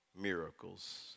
miracles